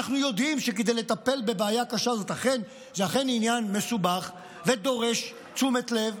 אנחנו יודעים שלטפל בבעיה קשה זו זה אכן עניין מסובך ודורש תשומת לב.